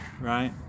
Right